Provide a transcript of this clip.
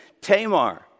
Tamar